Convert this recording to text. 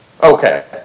Okay